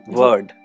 word